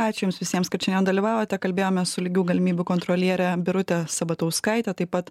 ačiū jums visiems kad šiandien dalyvavote kalbėjome su lygių galimybių kontroliere birute sabatauskaite taip pat